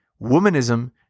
Womanism